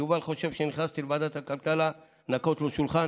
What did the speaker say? יובל חושב שנכנסתי לוועדת הכלכלה לנקות לו שולחן,